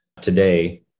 today